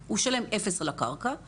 הוא ישלם אפס על הקרקע,